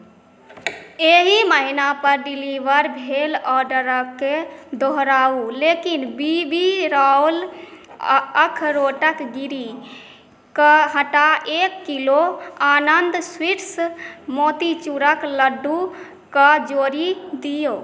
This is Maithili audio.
एहि महिना पर डिलीवर भेल ऑर्डरकेँ दोहराउ लेकिन बी बी रॉयल अखरोटक गिरिकेँ हटा एक किलो आनंद स्वीट्स मोतीचूरक लड्डूकेँ जोड़ि दिय